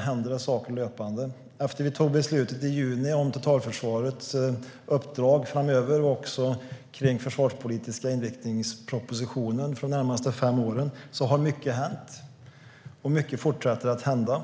händer det saker löpande. Efter att vi tog beslutet i juni om totalförsvarets uppdrag framöver och om den försvarspolitiska inriktningspropositionen som gäller för de närmaste fem åren har mycket hänt och mycket fortsätter att hända.